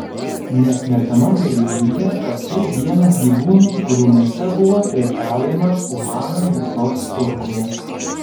neatmetama galimybė kad tai vienas gyvūnų kurių mėsa buvo prekiaujama uhano mėsos turguje